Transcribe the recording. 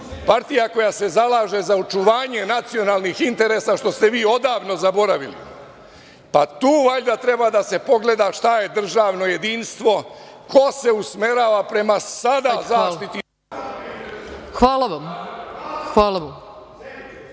koja se zalaže za očuvanje nacionalnih interesa, što ste vi odavno zaboravili. Pa tu valjda treba da se pogleda šta je državno jedinstvo, ko se usmerava prema… **Ana Brnabić** Hvala vam. Replika,